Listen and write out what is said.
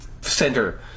center